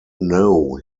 know